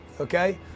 okay